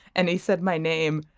and he said my name.